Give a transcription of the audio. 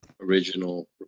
original